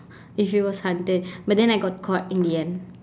if it was haunted but then I got caught in the end